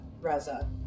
Reza